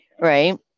right